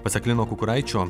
pasak lino kukuraičio